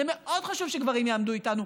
זה מאוד חשוב שגברים יעמדו איתנו,